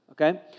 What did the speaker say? okay